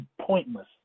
pointless